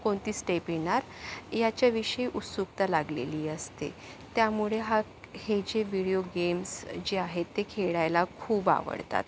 कोणती स्टेप येणार याच्याविषयी उत्सुकता लागलेली असते त्यामुळे हा हे जे व्हिडीओ गेम्स जे आहेत ते खेळायला खूप आवडतात